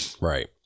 Right